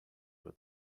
with